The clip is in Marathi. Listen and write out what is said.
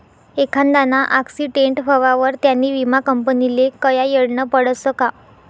एखांदाना आक्सीटेंट व्हवावर त्यानी विमा कंपनीले कयायडनं पडसं का